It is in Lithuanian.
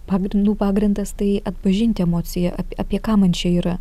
pagrindų pagrindas tai atpažinti emociją ap apie ką man čia yra